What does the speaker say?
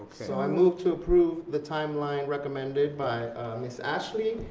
so i move to approve the timeline recommended by ms. ashley.